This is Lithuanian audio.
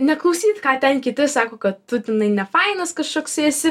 neklausyt ką ten kiti sako kad tu tenai nefainas kažkoksai esi